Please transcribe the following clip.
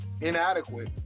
inadequate